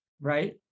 right